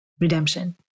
redemption